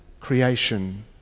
creation